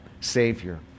Savior